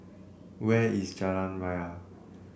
where is Jalan Raya